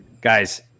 guys